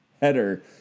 header